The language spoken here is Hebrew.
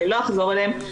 אני לא אחזור עליהם.